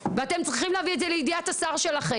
הם נשארים מאחור ואתם צריכים להביא את זה לידיעת השר שלכם,